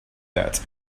that